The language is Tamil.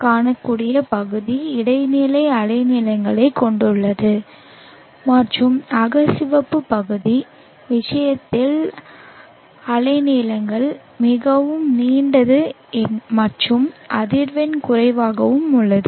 காணக்கூடிய பகுதி இடைநிலை அலைநீளங்களைக் கொண்டுள்ளது மற்றும் அகச்சிவப்பு பகுதியின் விஷயத்தில் அலைநீளங்கள் மிக நீண்டது மற்றும் அதிர்வெண் குறைவாக உள்ளது